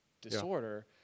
disorder